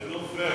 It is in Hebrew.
זה לא פייר.